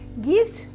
gives